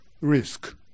risk